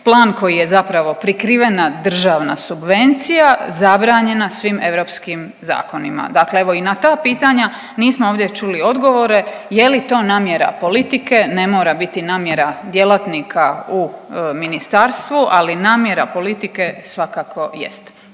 plan koji je zapravo prikrivena državna subvencija zabranjena svim europskim zakonima. Dakle evo, i na ta pitanja nismo ovdje čuli odgovore, je li to namjera politike, ne mora biti namjera djelatnika u ministarstvu, ali namjera politike svakako jest?